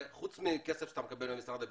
חוץ מהכסף שאתה מקבל ממשרד הביטחון,